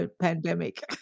pandemic